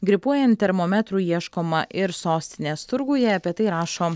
gripuojant termometrų ieškoma ir sostinės turguje apie tai rašo